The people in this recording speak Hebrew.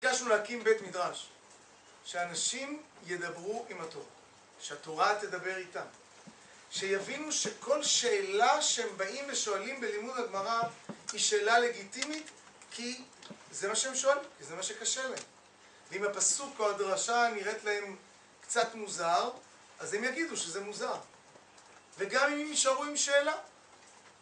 ביקשנו להקים בית מדרש שאנשים ידברו עם התורה שהתורה תדבר איתם שיבינו שכל שאלה שהם באים ושואלים בלימוד הגמרא היא שאלה לגיטימית כי זה מה שהם שואלים כי זה מה שקשה להם ואם הפסוק או הדרשה נראית להם קצת מוזר אז הם יגידו שזה מוזר וגם אם הם יישארו עם שאלה